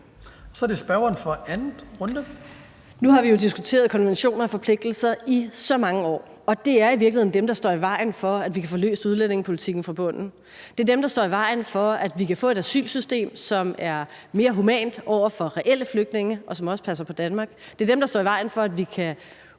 11:50 Pernille Vermund (NB): Nu har vi diskuteret konventioner og forpligtelser i så mange år. Og det er i virkeligheden dem, der står i vejen for, at vi kan få løst udlændingepolitikken fra bunden. Det er dem, der står i vejen for, at vi kan få et asylsystem, som er mere humant over for reelle flygtninge, og som også passer på Danmark. Det er dem, der står i vejen for, at vi kan